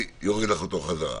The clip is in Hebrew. אוריד לך אותו חזרה.